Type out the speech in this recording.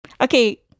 Okay